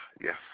yes